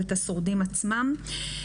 את השורדים עצמם.